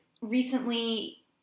Recently